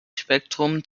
spektrum